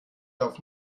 darf